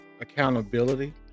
accountability